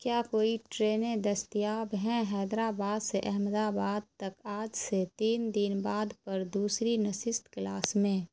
کیا کوئی ٹرینیں دستیاب ہیں حیدرآباد سے احمدآباد تک آج سے تین دن بعد پر دوسری نشست کلاس میں